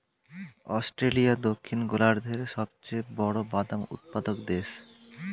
Australia দক্ষিণ গোলার্ধের সবচেয়ে বড় বাদাম উৎপাদক দেশ